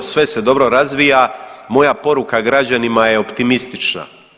Sve se dobro razvija moja poruka građanima je optimistična.